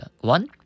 one